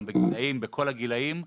גם בכל הגילאים,